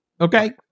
Okay